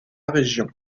région